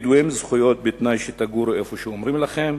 בדואים, זכויות בתנאי שתגורו איפה שאומרים לכם.